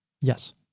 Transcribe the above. Yes